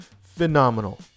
phenomenal